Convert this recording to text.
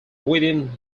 within